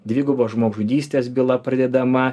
dvigubos žmogžudystės byla pradedama